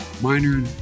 minor